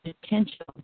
potential